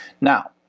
Now